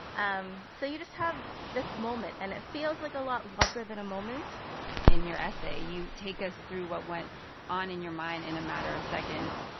um so you just have this moment. and it feels like a lot longer than a moment in your essay, you take us through what went on in your mind in a matter of seconds.